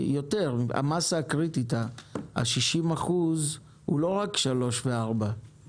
המסה הקריטית היא לא רק באשכולות 3 ו-4 אלה